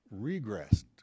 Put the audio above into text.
regressed